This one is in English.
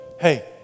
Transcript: Hey